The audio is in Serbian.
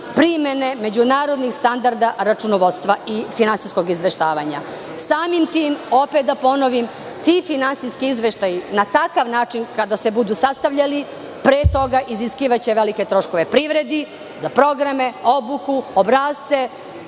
primene međunarodnih standarda računovodstva i finansijskog izveštavanja. Samim tim, da ponovim, ti finansijski izveštaji na takav način kada se budu sastavljali, pre toga, iziskivaće velike troškove privredi, za programe, obuku, obrasce,